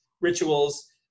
rituals